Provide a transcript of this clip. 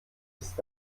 ist